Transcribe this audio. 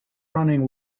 running